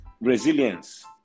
resilience